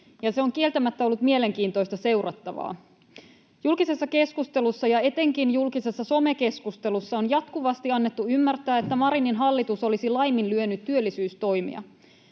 se on kieltämättä ollut mielenkiintoista seurattavaa. Julkisessa keskustelussa ja etenkin julkisessa somekeskustelussa on jatkuvasti annettu ymmärtää, että Marinin hallitus olisi laiminlyönyt työllisyystoimia.